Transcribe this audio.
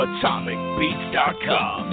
AtomicBeats.com